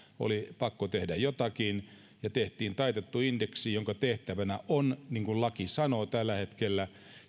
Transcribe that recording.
oli pakko tehdä jotakin ja tehtiin taitettu indeksi jonka tehtävänä on niin kuin laki sanoo tällä hetkellä